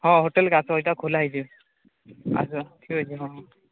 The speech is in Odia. ହଁ ହୋଟେଲ୍ କାଚ ଏଇଟା ଖୋଲା ହେଇଛି ଆସ ଠିକ୍ ଅଛେ ହଁ